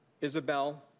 Isabel